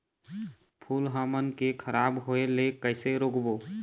फूल हमन के खराब होए ले कैसे रोकबो?